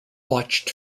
botched